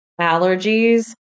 allergies